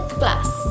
class